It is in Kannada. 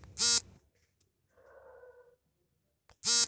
ಹಣದ ಹರಿವು ಅಥವಾ ಪಾವತಿಯನ್ನು ಕ್ಯಾಶ್ ಫ್ಲೋ ಎನ್ನುತ್ತಾರೆ